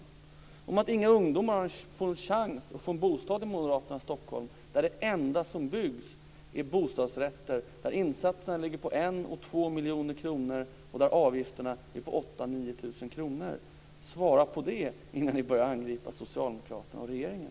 Vad säger han om att inga ungdomar har en chans att få bostad i moderaternas Stockholm där det enda som byggs är bostadsrätter där insatserna ligger på 1 och 2 miljoner kronor och där avgifterna är på 8 000-9 000 kr? Svara på det innan ni börjar angripa socialdemokraterna och regeringen!